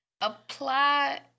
apply